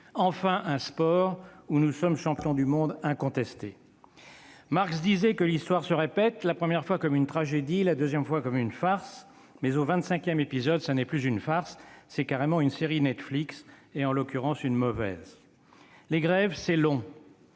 enfin un sport où nous sommes champions du monde incontestés ... Marx disait que l'histoire se répète, la première fois comme une tragédie, la deuxième comme une farce ; mais au vingt-cinquième épisode, ce n'est plus une farce, c'est une série Netflix- en l'occurrence une mauvaise ... Les grèves, c'est long,